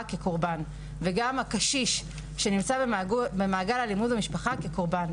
כקורבן וגם הקשיש שנמצא במעגל אלימות במשפחה כקורבן,